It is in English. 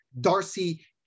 Darcy